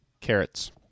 carrots